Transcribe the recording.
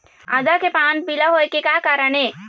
आदा के पान पिला होय के का कारण ये?